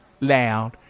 loud